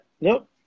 Nope